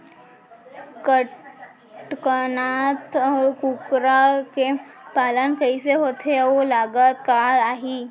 कड़कनाथ कुकरा के पालन कइसे होथे अऊ लागत का आही?